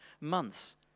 months